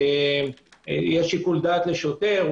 יש שיקול דעת לשוטר.